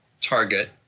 target